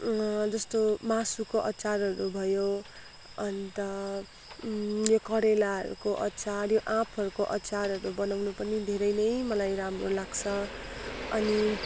जस्तो मासुको अचारहरू भयो अन्त करेलाहरूको अचार यो आँपहरूको अचारहरू बनाउनु पनि धेरै नै मलाई राम्रो लाग्छ अनि